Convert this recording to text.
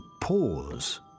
pause